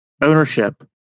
ownership